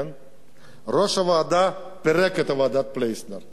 ראש הממשלה פירק את ועדת-פלסנר.